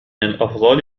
الأفضل